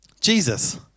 Jesus